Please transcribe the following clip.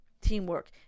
teamwork